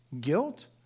guilt